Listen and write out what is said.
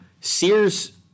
Sears